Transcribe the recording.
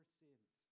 sins